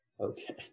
Okay